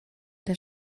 der